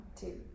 two